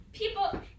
people